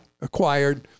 acquired